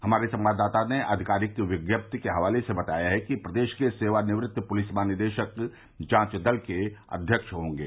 हमारे संवाददाता ने आधिकारिक विज्ञप्ति के हवाले से बताया है कि प्रदेश के सेवानिवृत्त पुलिस महानिदेशक जांच दल के अध्यक्ष होंगे